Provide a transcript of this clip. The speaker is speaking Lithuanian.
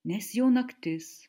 nes jau naktis